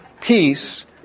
peace